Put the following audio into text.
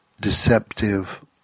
deceptive